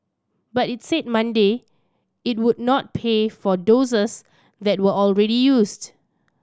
but it said Monday it would not pay for doses that were already used